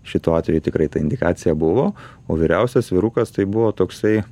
šituo atveju tikrai ta indikacija buvo o vyriausias vyrukas tai buvo toksai